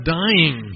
dying